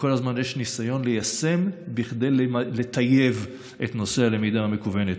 וכל הזמן יש ניסיון ליישם כדי לטייב את נושא הלמידה המקוונת.